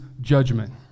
judgment